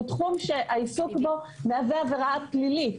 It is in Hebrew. הוא תחום שהעיסוק בו מהווה עבירה פלילית.